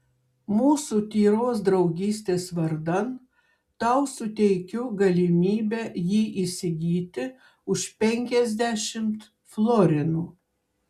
mūsų tyros draugystės vardan tau suteikiu galimybę jį įsigyti už penkiasdešimt florinų